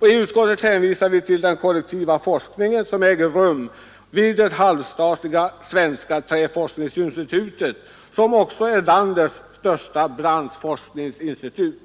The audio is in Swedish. I utskottets betänkande hänvisar vi till den kollektiva forskning som äger rum vid det halvstatliga Svenska träforskningsinstitutet, vilket också är landets största branschforskningsinstitut.